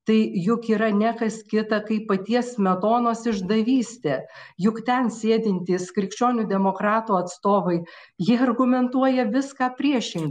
tai juk yra ne kas kita kaip paties smetonos išdavystė juk ten sėdintys krikščionių demokratų atstovai jie argumentuoja viską priešin